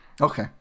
Okay